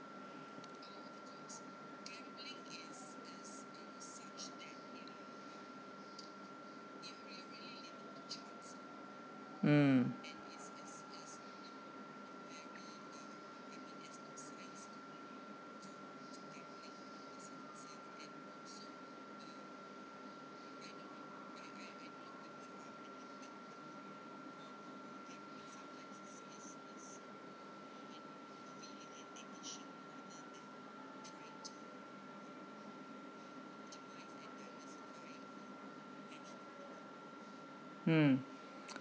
mm mm